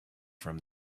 from